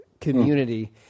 community